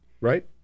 right